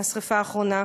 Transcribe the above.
מהשרפה האחרונה.